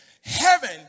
Heaven